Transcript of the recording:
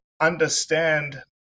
understand